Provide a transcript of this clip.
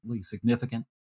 significant